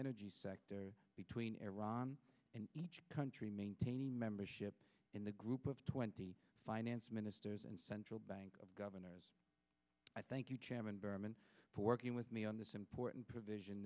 energy sector between iran and each country maintaining membership in the group of twenty finance ministers and central bank governors i thank you chairman berman for working with me on this important provision